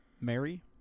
Mary